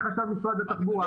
לחשב משרד התחבורה.